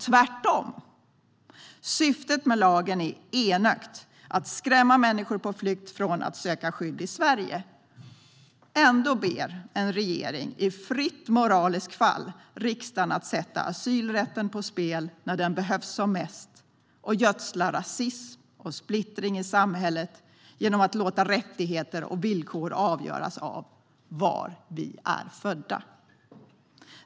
Tvärtom är syftet med lagen enögt, nämligen att skrämma människor på flykt från att söka skydd i Sverige. Ändå ber en regering i fritt moraliskt fall riksdagen att sätta asylrätten på spel när den behövs som mest och gödslar rasism och splittring i samhället genom att låta rättigheter och villkor avgöras av var vi är födda.